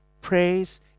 praise